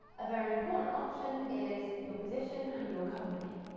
a very important option is your position and your company.